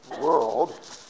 world